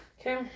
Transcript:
Okay